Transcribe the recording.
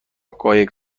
قایق